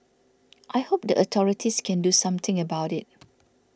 I hope the authorities can do something about it